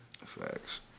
Facts